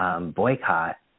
boycott